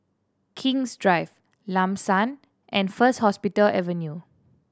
King's Drive Lam San and First Hospital Avenue